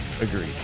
Agreed